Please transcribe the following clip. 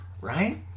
Right